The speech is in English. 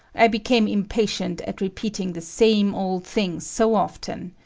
i became impatient at repeating the same old thing so often.